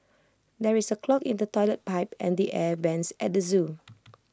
there is A clog in the Toilet Pipe and the air Vents at the Zoo